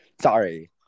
Sorry